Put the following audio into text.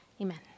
Amen